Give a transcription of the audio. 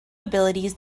abilities